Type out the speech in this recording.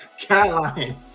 Caroline